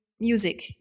music